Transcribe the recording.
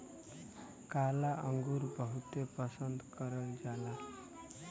काला अंगुर बहुते पसन्द करल जाला